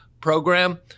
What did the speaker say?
program